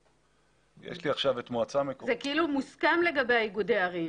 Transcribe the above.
זה מוסכם לגבי איגודי הערים.